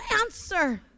answer